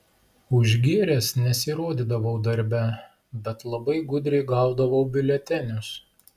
užgėręs nesirodydavau darbe bet labai gudriai gaudavau biuletenius